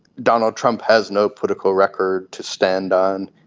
donald trump has no political record to stand on,